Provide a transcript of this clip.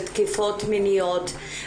של תקיפות מיניות.